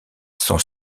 son